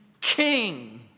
King